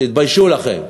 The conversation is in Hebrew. תתביישו לכם.